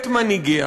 את מנהיגיה,